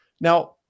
Now